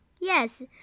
Yes